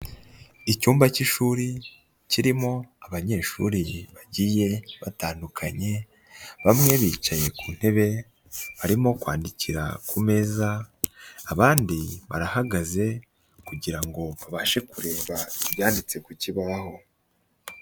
Icyumba cy'ishuri kirimo abanyeshuri bagiye batandukanye, bamwe bicaye ku ntebe barimo kwandikira ku meza, abandi barahagaze kugira babashe kureba ibyanditse ku kibaho.